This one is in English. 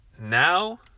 Now